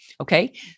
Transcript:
okay